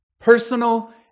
Personal